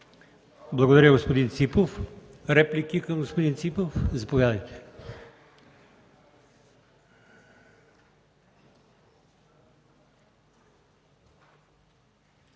Благодаря, господин Ципов. Реплики към господин Ципов? Заповядайте.